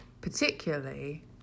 Particularly